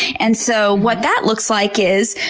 and so what that looks like is,